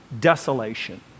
desolation